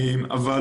כפי שאמרתי.